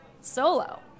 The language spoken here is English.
solo